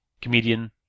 comedian